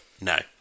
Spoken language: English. no